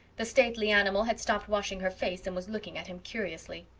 the stately animal had stopped washing her face and was looking at him curiously.